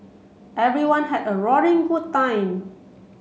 everyone had a roaring good time